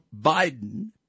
Biden